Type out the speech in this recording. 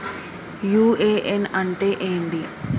UAN అంటే ఏంది?